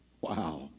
Wow